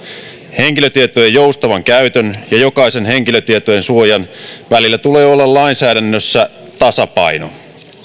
henkilötietojen joustavan käytön ja jokaisen henkilötietojen suojan välillä tulee olla lainsäädännössä tasapaino